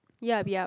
ya